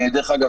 דרך אגב,